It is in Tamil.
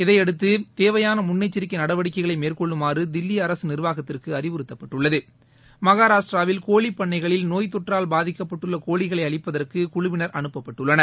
இதையடுத்து தேவையான முன்னெச்சரிக்கை நடவடிக்கைகளை மேற்கொள்ளுமாறு தில்லி அரசு நிர்வாகத்திற்கு அறிவுறத்தப்பட்டுள்ளது மகராஷ்டிராவில் கோழிப்பண்ணைகளில் நோய் தொற்றால் பாதிக்கப்பட்டுள்ள கோழிகளை அழிப்பதற்கு குழுவினர் அனுப்பப்பட்டுள்ளனர்